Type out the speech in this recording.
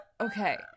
Okay